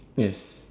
yes